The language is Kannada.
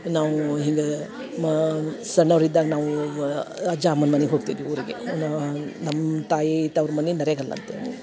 ನಾವು ಹಿಂಗ ಮಾ ಸಣ್ಣೋರು ಇದ್ದಾಗ ನಾವು ಅಜ್ಜ ಅಮ್ಮನ ಮನಿಗೆ ಹೋಗ್ತಿದ್ವಿ ಊರಿಗೆ ನಮ್ಮ ತಾಯಿ ತವ್ರ ಮನೆ ನೆರೆಗಲ್ ಅಂತೇಳಿ